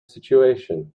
situation